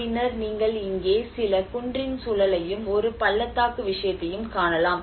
பின்னர் நீங்கள் இங்கே சில குன்றின் சூழலையும் ஒரு பள்ளத்தாக்கு விஷயத்தையும் காணலாம்